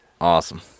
Awesome